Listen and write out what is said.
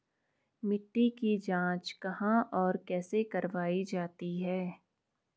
मिट्टी की जाँच कहाँ और कैसे करवायी जाती है?